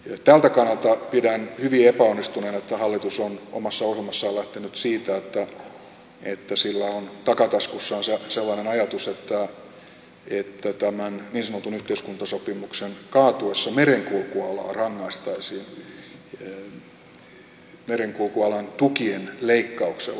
tältä kannalta pidän hyvin epäonnistuneena että hallitus on omassa ohjelmassaan lähtenyt siitä että sillä on takataskussaan sellainen ajatus että tämän niin sanotun yhteiskuntasopimuksen kaatuessa merenkulkualaa rangaistaisiin merenkulkualan tukien leikkauksella